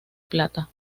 plata